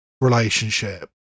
relationship